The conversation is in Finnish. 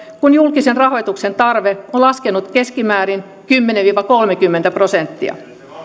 kun julkisen rahoituksen tarve on laskenut keskimäärin kymmenen viiva kolmekymmentä prosenttia